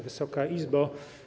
Wysoka Izbo!